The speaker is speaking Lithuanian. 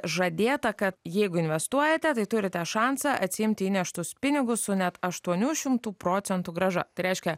žadėta kad jeigu investuojate tai turite šansą atsiimti įneštus pinigus su net aštuonių šimtų procentų grąžą tai reiškia